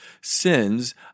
sins